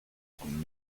und